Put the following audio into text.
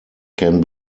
can